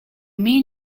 mean